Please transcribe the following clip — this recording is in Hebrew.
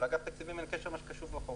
לאגף התקציבים אין קשר למה שקשור בחוק,